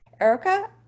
Erica